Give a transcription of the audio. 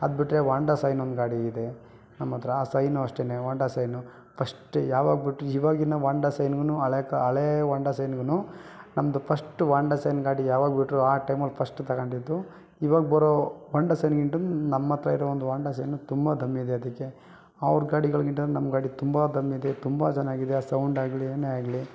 ಅದು ಬಿಟ್ಟರೆ Honda Shine ಒಂದು ಗಾಡಿ ಇದೆ ನಮ್ಮ ಹತ್ತಿರ ಆ ಸೈನು ಅಷ್ಟೆನೆ ಹೋಂಡಾ ಸೈನು ಫಸ್ಟ್ ಯಾವಾಗ ಬಿಟ್ಟು ಇವಾಗಿನ ಹೋಂಡಾ ಸೈನ್ಗೂ ಹಳೆ ಕಾ ಹಳೆ ಹೋಂಡಾ ಸೈನ್ಗೂ ನಮ್ಮದು ಫಸ್ಟ್ ಹೋಂಡಾ ಸೈನ್ ಗಾಡಿ ಯಾವಾಗ ಬಿಟ್ಟರು ಆ ಟೈಮಲ್ಲಿ ಫಸ್ಟ್ ತಗೊಂಡಿದ್ದು ಇವಾಗ ಬರೊ ಹೋಂಡಾ ಸೈನ್ಗಿಂತಲೂ ನಮ್ಮ ಹತ್ತಿರ ಇರೊ ಒಂದು ಹೋಂಡಾ ಸೈನು ತುಂಬ ಧಮ್ ಇದೆ ಅದಕ್ಕೆ ಅವ್ರ ಗಾಡಿಗಳಿಗಿಂತಲೂ ನಮ್ಮ ಗಾಡಿ ತುಂಬ ಧಮ್ ಇದೆ ತುಂಬ ಚೆನ್ನಾಗಿದೆ ಆ ಸೌಂಡ್ ಆಗಲಿ ಏನೇ ಆಗಲಿ